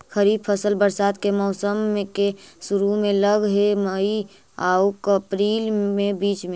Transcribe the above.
खरीफ फसल बरसात के मौसम के शुरु में लग हे, मई आऊ अपरील के बीच में